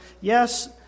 yes